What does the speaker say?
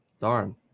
darn